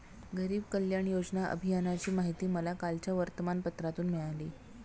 गरीब कल्याण योजना अभियानाची माहिती मला कालच्या वर्तमानपत्रातून मिळाली